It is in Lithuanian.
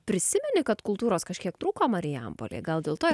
prisimeni kad kultūros kažkiek trūko marijampolei gal dėl to